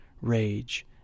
rage